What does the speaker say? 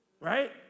right